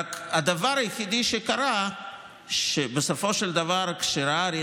הדבר היחיד שקרה הוא שבסופו של דבר כשראה אריה